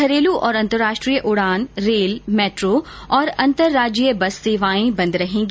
घरेलु और अंतर्राष्ट्रीय उडान रेल मैट्रो और अंतर्राज्यीय बस सेवाएं बंद रहेगी